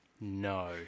No